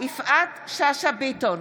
יפעת שאשא ביטון,